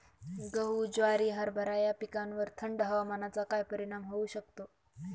गहू, ज्वारी, हरभरा या पिकांवर थंड हवामानाचा काय परिणाम होऊ शकतो?